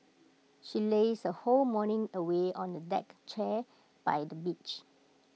she lazed her whole morning away on A deck chair by the beach